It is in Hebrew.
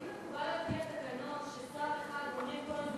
האם מקובל על-פי התקנון ששר אחד עונה כל הזמן